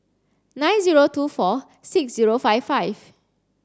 nine zero two four six zero five five